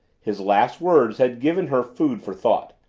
his last words had given her food for thought.